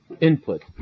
input